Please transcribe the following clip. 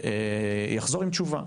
ויחזור עם תשובה.